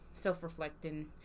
self-reflecting